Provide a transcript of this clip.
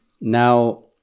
Now